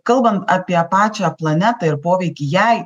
kalban apie pačią planetą ir poveikį jai